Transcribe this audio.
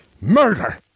Murder